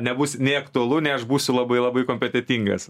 nebus nei aktualu nei aš būsiu labai labai kompetentingas